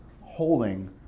holding